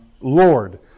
Lord